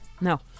No